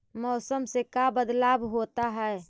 मौसम से का बदलाव होता है?